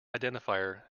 identifier